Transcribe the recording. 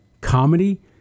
Comedy